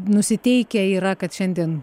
nusiteikę yra kad šiandien